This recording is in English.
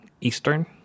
eastern